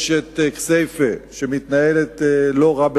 יש כסייפה, שמתנהלת לא רע בכלל,